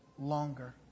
longer